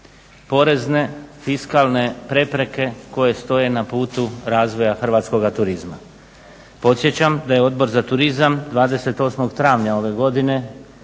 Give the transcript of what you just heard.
porezne, fiskalne prepreke koje stoje na putu razvoja hrvatskoga turizma. Podsjećam da je Odbor za turizam 28. travnja ove godine